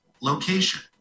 location